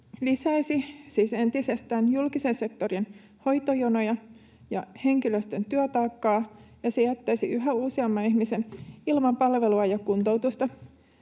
lisäisi siis entisestään julkisen sektorin hoitojonoja ja henkilöstön työtaakkaa ja jättäisi yhä useamman ihmisen ilman palvelua ja kuntoutusta.